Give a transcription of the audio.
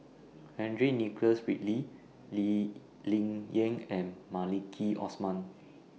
Henry Nicholas Ridley Lee Ling Yen and Maliki Osman